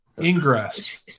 Ingress